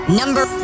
number